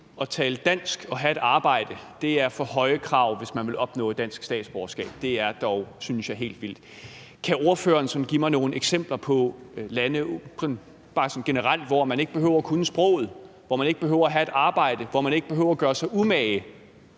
at tale dansk og have et arbejde er for høje krav at stille til folk, hvis de vil opnå dansk statsborgerskab. Det er dog, synes jeg, helt vildt. Kan ordføreren give mig nogle eksempler på lande, bare sådan generelt, hvor man ikke behøver at kunne sproget, hvor man ikke behøver at have et arbejde, hvor man ikke behøver at gøre sig umage,